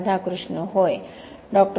राधाकृष्ण होय डॉ